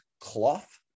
cloth